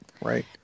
right